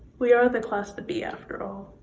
we are the class to be after all.